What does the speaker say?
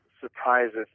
surprises